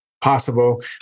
possible